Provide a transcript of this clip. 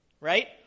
right